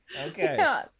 Okay